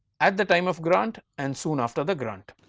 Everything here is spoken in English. at the time of grant and soon after the grant.